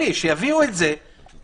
אלי, שיביאו את זה אלינו,